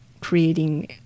creating